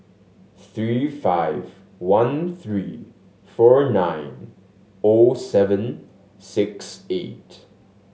three five one three four nine O seven six eight